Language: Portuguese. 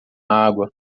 água